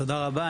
תודה רבה.